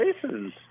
places